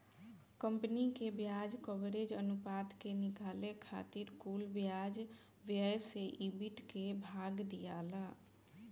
company के ब्याज coverage अनुपात के निकाले खातिर कुल ब्याज व्यय से ईबिट के भाग दियाला